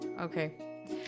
Okay